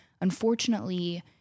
unfortunately